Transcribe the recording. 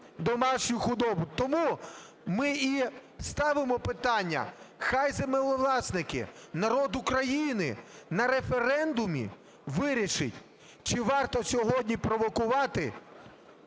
домашню худобу. Тому ми і ставимо питання, хай землевласники, народ України на референдумі вирішить, чи варто сьогодні провокувати